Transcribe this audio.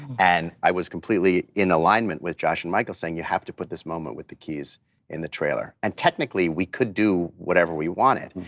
and i was completely in alignment with josh and michael saying, you have to put this moment with the keys in the trailer. and technically, we could do whatever we wanted.